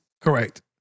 Correct